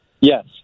Yes